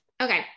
Okay